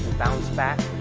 bounce back,